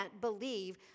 believe